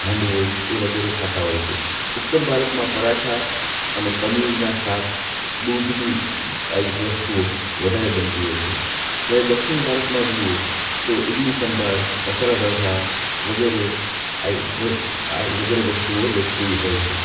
હાંડવો એ વગેરે ખાતા હોય છે ઉત્તર ભારતમાં પરાઠા અને પનીરના શાક દૂધની આવી વસ્તુઓ વધારે બનતી હોય છે જ્યારે દક્ષિણ ભારતમાં જઈએ તો ઇડલી સંભાર મસાલા ઢોંસા વગેરે આ વસ્ત વગેરે વસ્તુઓ લોકપ્રિય હોય છે